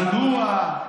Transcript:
אם לא דיקטטורה?